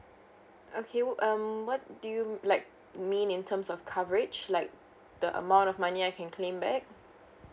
okay what um what do you like mean in terms of coverage like the amount of money I can claim back